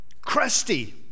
Crusty